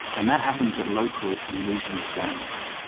and that happens at local and regional scales.